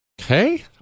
Okay